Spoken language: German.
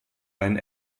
einen